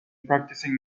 practicing